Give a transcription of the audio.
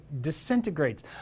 disintegrates